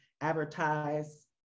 advertise